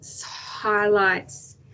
highlights